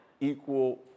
equal